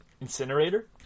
incinerator